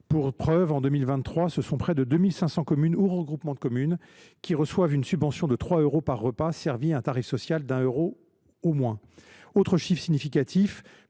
Pour preuve, en 2023, ce sont près de 2 500 communes ou regroupements de communes qui ont reçu une subvention de 3 euros par repas, servi à un tarif social de 1 euro ou moins. Autre chiffre significatif,